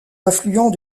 affluents